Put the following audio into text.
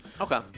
Okay